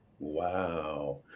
Wow